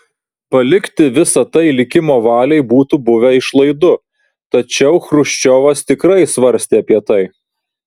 palikti visa tai likimo valiai būtų buvę išlaidu tačiau chruščiovas tikrai svarstė apie tai